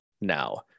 now